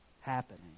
happening